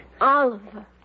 Oliver